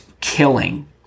killing